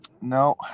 no